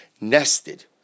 nested